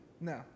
No